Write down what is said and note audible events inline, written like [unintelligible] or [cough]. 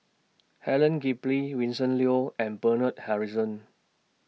Helen [unintelligible] Vincent Leow and Bernard Harrison